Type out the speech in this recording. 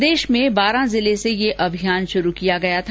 प्रदेश में बारा जिले से ये अभियान शुरु किया गया था